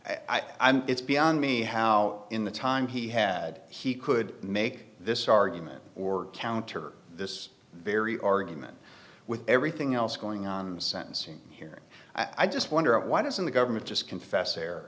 think it's beyond me how in the time he had he could make this argument or counter this very argument with everything else going on in the sentencing hearing i just wonder why doesn't the government just confess